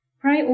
Pray